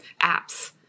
apps